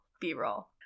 b-roll